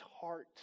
heart